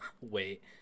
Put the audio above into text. Wait